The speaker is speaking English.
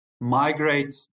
migrate